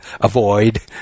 Avoid